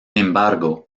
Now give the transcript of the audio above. embargo